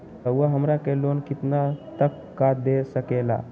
रउरा हमरा के लोन कितना तक का दे सकेला?